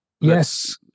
Yes